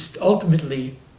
Ultimately